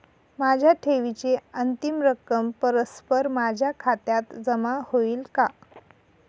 माझ्या ठेवीची अंतिम रक्कम परस्पर माझ्या खात्यात जमा होईल का?